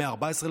המאה ב-14,